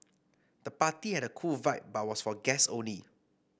the party had a cool vibe but was for guest only